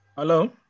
Hello